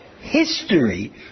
history